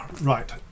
Right